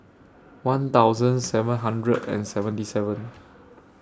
one thousand seven hundred and seventy seven